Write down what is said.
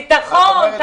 ביטחון,